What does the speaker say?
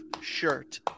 shirt